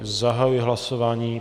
Zahajuji hlasování.